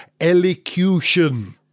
elocution